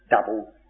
double